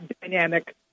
dynamic